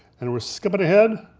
and we're skipping ahead,